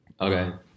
Okay